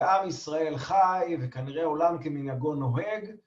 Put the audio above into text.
‫עם ישראל חי וכנראה עולם ‫כמנהגו נוהג.